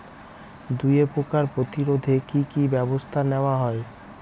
দুয়ে পোকার প্রতিরোধে কি কি ব্যাবস্থা নেওয়া হয়?